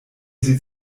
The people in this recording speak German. sie